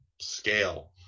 scale